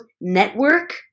network